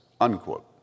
unquote